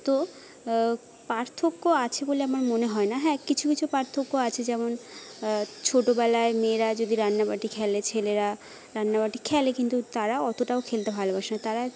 তো পার্থক্য আছে বলে আমার মনে হয় না হ্যাঁ কিছু কিছু পার্থক্য আছে যেমন ছোটবেলায় মেয়েরা যদি রান্নাবাটি খেলে ছেলেরা রান্নাবাটি খেলে কিন্তু তারা অতটাও খেলতে ভালবাসে না তারা